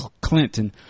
Clinton